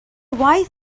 wife